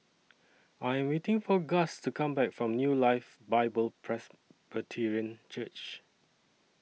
I Am waiting For Gus to Come Back from New Life Bible Presbyterian Church